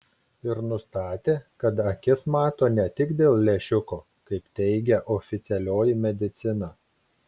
ir nustatė kad akis mato ne tik dėl lęšiuko kaip teigia oficialioji medicina